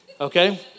Okay